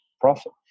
profit